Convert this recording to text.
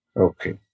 Okay